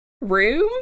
room